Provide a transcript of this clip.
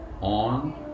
on